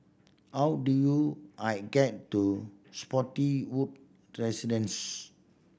how do you I get to Spottiswoode Residence